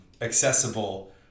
accessible